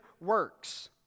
works